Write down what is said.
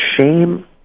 shame